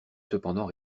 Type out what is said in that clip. cependant